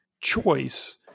choice